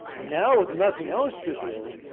now with nothing else to do,